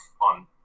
on